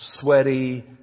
sweaty